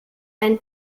ein